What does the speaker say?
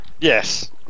Yes